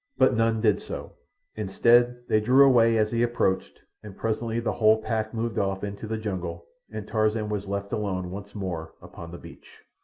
but none did so instead, they drew away as he approached, and presently the whole pack moved off into the jungle, and tarzan was left alone once more upon the beach.